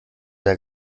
der